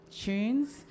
tunes